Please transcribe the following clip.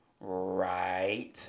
right